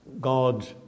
God